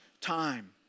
time